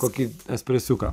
kokį espresiuką